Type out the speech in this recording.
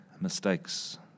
mistakes